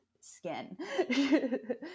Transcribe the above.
skin